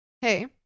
Hey